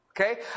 okay